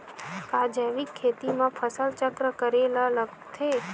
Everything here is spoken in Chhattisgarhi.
का जैविक खेती म फसल चक्र करे ल लगथे?